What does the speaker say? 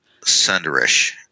Sunderish